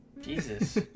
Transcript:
Jesus